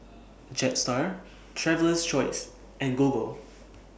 Jetstar Traveler's Choice and Google